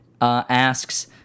asks